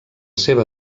seva